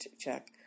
check